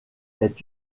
est